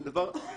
זה דבר נורמאלי.